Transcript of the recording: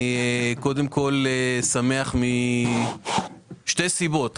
אני שמח משתי סיבות.